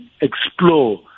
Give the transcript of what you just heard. explore